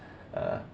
err